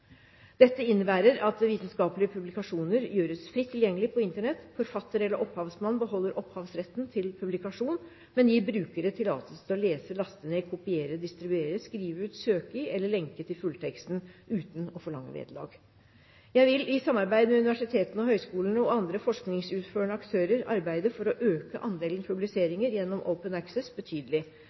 Dette innebærer at vitenskapelige publikasjoner gjøres fritt tilgjengelig på Internett. Forfatter eller opphavsmann beholder opphavsretten til publikasjonen, men gir brukere tillatelse til å lese, laste ned, kopiere, distribuere, skrive ut, søke i eller lenke til fullteksten uten å forlange vederlag. Jeg vil i samarbeid med universitetene, høyskolene og andre forskningsutførende aktører arbeide for å øke andelen publiseringer gjennom Open Access betydelig.